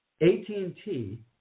AT&T